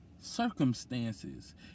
circumstances